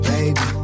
Baby